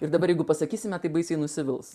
ir dabar jeigu pasakysime tai baisiai nusivils